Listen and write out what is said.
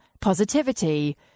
positivity